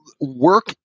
work